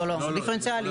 לא, דיפרנציאלי.